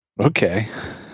Okay